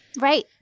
Right